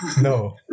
No